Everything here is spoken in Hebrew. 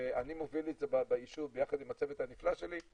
ואני מוביל את זה בישוב ביחד עם הצוות הנפלא שלי,